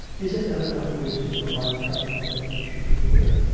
is it not enough reason for my coming that you srhould be here?